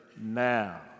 now